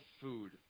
food